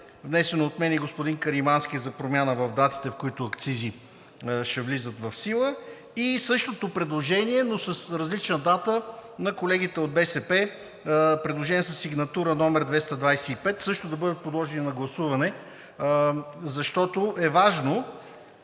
внесено от мен и господин Каримански, за промяна в датите, в които тези акцизи ще влизат в сила, и същото предложение, но с различна дата на колегите от БСП – предложение със сигнатура № 225, също да бъдат подложени на гласуване, защото е важно.